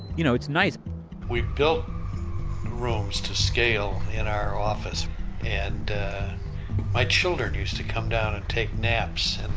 you know, it's nice we built rooms to scale in our office and my children used to come down and take naps.